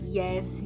yes